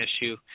issue